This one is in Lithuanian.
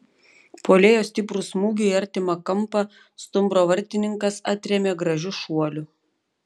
puolėjo stiprų smūgį į artimą kampą stumbro vartininkas atrėmė gražiu šuoliu